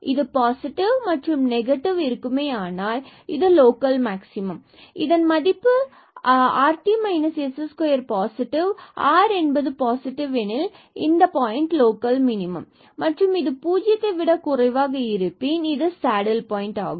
இது பாசிட்டிவ் மற்றும் நெகட்டிவ் இருக்குமே ஆனால் இது லோக்கல் மேக்சிமம் மற்றும் இதன் மதிப்பு rt s2பாசிட்டிவ் மற்றும் r பாசிட்டிவ் எனில் இந்த பாயிண்ட் ஆனது லோக்கல் மினிமம் மற்றும் இது 0 விட குறைவாக இருப்பின் இது சேடில் பாயின்ட் ஆகும்